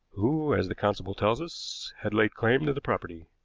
who, as the constable tells us, had laid claim to the property.